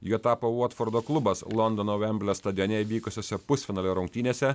juo tapo votfordo klubas londono vemblio stadione vykusiose pusfinalio rungtynėse